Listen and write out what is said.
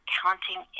counting